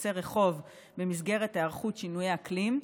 עצי רחוב במסגרת היערכות לשינויי אקלים.